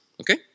okay